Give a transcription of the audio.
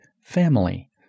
family